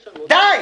די,